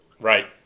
Right